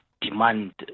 demand